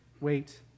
wait